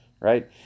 right